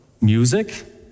Music